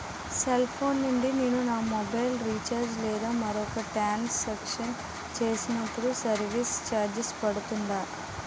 Cell phone నుండి నేను నా మొబైల్ రీఛార్జ్ లేదా మరొక ట్రాన్ సాంక్షన్ చేసినప్పుడు సర్విస్ ఛార్జ్ పడుతుందా?